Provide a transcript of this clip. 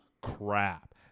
crap